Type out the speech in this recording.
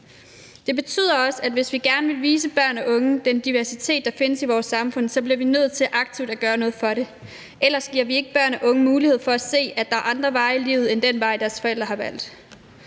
Det betyder også, at vi, hvis vi gerne vil vise børn og unge den diversitet, der findes i vores samfund, så bliver nødt til aktivt at gøre noget for det. Ellers giver vi ikke børn og unge mulighed for at se, at der er andre veje i livet end den vej, deres forældre har valgt.